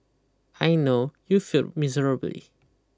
I know you failed miserably